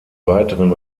weiteren